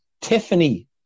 Tiffany